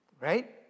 right